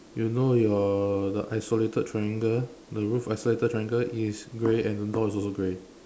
you know your the isolated triangle the roof isolated triangle is grey and the door is also grey